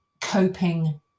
coping